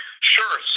Sure